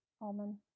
almond